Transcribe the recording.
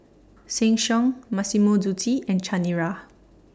Sheng Siong Massimo Dutti and Chanira